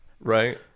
right